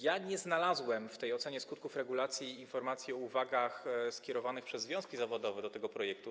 Ja nie znalazłem w tej ocenie skutków regulacji informacji o uwagach skierowanych przez związki zawodowe co do tego projektu.